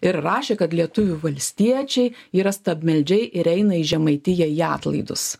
ir rašė kad lietuvių valstiečiai yra stabmeldžiai ir eina į žemaitiją į atlaidus